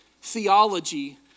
theology